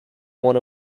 won